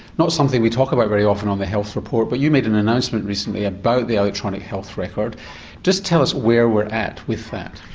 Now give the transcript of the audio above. not something we talk about very often on the health report but you made an announcement recently about the electronic health record just tell us where we're at with that.